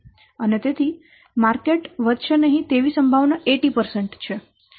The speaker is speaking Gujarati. અને તેથી માર્કેટ વધશે નહીં તેવી સંભાવના 80 છે